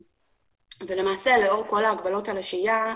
למעשה לאור כל ההגבלות על השהייה,